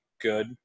good